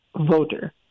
voter